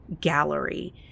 gallery